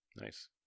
nice